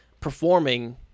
performing